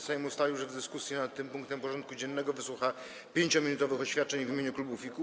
Sejm ustalił, że w dyskusji nad tym punktem porządku dziennego wysłucha 5-minutowych oświadczeń w imieniu klubów i kół.